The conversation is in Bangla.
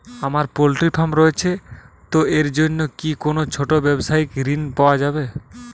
আমার পোল্ট্রি ফার্ম রয়েছে তো এর জন্য কি কোনো ছোটো ব্যাবসায়িক ঋণ পাওয়া যাবে?